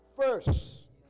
first